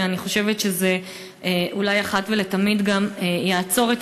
ואני חושבת שזה אולי גם יעצור אחת ולתמיד את התופעה,